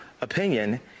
opinion